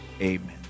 amen